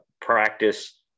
practice